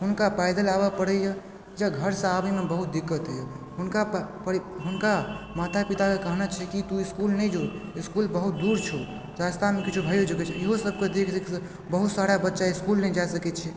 हुनका पैदल आबऽ पड़इए जे घरसँ आबयमे बहुत दिक्कत होइए हुनका पा परि हुनका माता पिताके कहना छै कि तू इसकुल नहि जो इसकुल बहुत दूर छौ रास्तामे किछो भऽए जेतो इएहो सबके देख देखके बहुत सारा बच्चा इसकुल नहि जा सकय छै